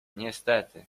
niestety